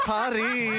party